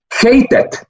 hated